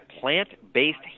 plant-based